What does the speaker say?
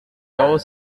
always